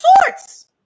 sorts